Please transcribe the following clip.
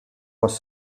was